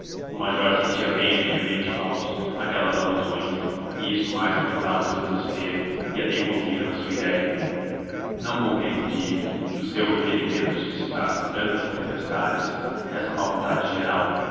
o major sentia bem aquele ambiente falso aquelas alusões e isso mais aumentava o seu desespero e a teimosia na sua idéia não compreendia que o seu requerimento suscitasse tantas tempestades essa má vontade geral